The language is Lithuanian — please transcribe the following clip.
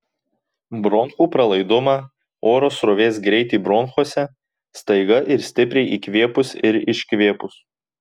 bronchų pralaidumą oro srovės greitį bronchuose staiga ir stipriai įkvėpus ir iškvėpus